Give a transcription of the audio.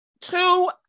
Two